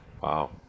Wow